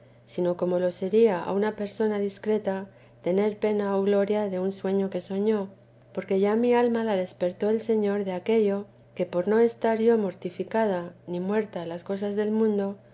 sino como lo sería a tina persona discreta tener pena o gloria de un sueño que soñó porque ya mi alma la despertó el señor de aquello que por no estar yo mortificada ni muerta a las cosas del mundo